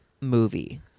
movie